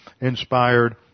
inspired